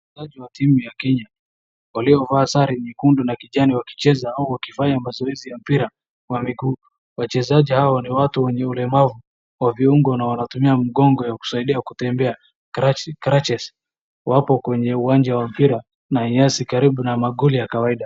Wachezaji wa timu ya Kenya waliovaa sare nyekundu na kijani wakicheza au wakifanya mazoezi ya mpira. Wachezaji hawa ni watu wenye ulemavu wa viungo na wanatumia mgongo ya kusaidia ktembea, cratches wapo kwenye uwanja wa mpira na nyasi karibu na magoli ya kawaida.